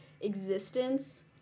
existence